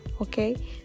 okay